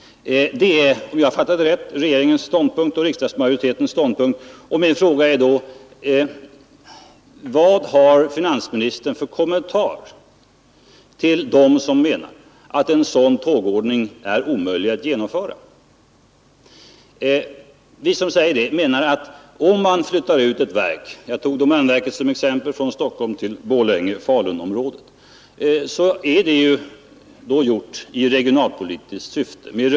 Detta är — om jag har uppfattat det rätt — regeringens och riksdagsmajoritetens ståndpunkt. Min fråga blir då: Vad har finansministern för kommentar att göra till dem som menar att en sådan tågordning är omöjlig att genomföra? Så här ser jag saken. Om man flyttar ut ett verk — som exempel nämnde jag domänverket som flyttas från Stockholm till Borlänge-Falunområdet — sker detta i regionalpolitiskt syfte.